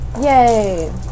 Yay